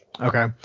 okay